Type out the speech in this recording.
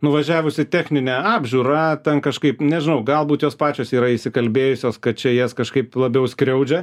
nuvažiavus į techninę apžiūrą ten kažkaip nežinau galbūt jos pačios yra įsikalbėjusios kad čia jas kažkaip labiau skriaudžia